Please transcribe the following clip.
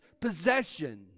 possession